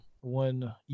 one